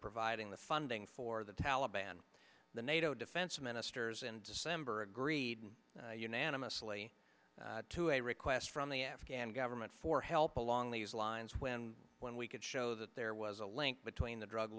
providing the funding for the taliban the nato defense ministers in december agreed unanimously to a request from the afghan government for help along these lines when when we could show that there was a link between the drug